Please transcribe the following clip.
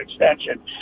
extension